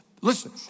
Listen